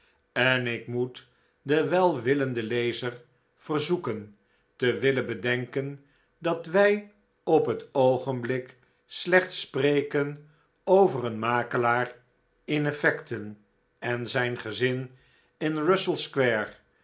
en ik moet den welwillenden lezer verzoeken te willen bedenken dat wij op het oogenblik slechts spreken over een makelaar in effecten en zijn gezin in russell